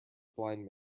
blind